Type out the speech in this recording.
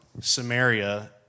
Samaria